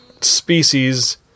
species